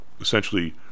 essentially